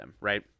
right